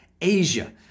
Asia